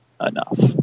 enough